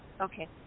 Okay